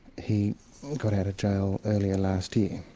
he got out of jail earlier last year.